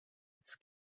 its